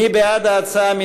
מי בעד ההצעה?